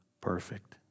perfect